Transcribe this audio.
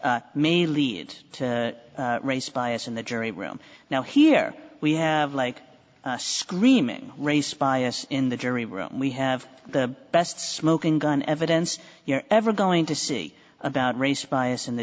to may lead to race bias in the jury room now here we have like screaming race bias in the jury room we have the best smoking gun evidence you're ever going to see about race bias in the